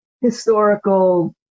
historical